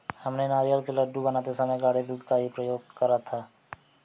हमने नारियल के लड्डू बनाते समय गाढ़े दूध का ही प्रयोग करा था